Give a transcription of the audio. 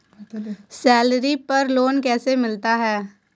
Salary पर loan कैसे मिलता है?